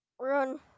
Run